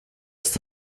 ist